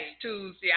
Tuesday